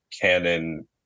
Canon